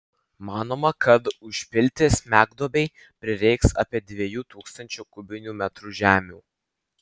manoma kad užpilti smegduobei prireiks apie dviejų tūkstančių kubinių metrų žemių